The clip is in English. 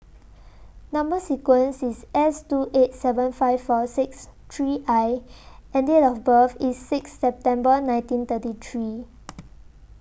Number sequence IS S two eight seven five four six three I and Date of birth IS six September nineteen thirty three